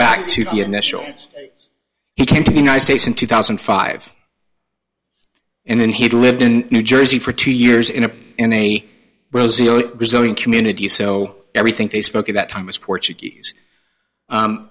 back to the initial he came to the united states in two thousand and five and then he lived in new jersey for two years in a in any rosier brazilian community so everything they spoke at that time was portuguese